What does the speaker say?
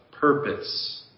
purpose